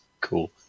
Cool